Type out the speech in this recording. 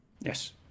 Yes